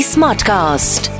Smartcast